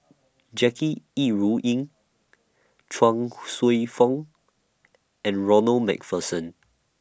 Jackie Yi Ru Ying Chuang Hsueh Fong and Ronald MacPherson